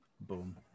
boom